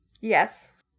Yes